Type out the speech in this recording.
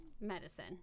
Medicine